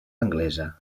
anglesa